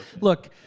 Look